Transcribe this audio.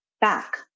back